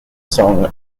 song